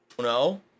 No